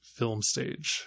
FilmStage